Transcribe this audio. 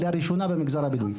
לראשונה במגזר הבדואי,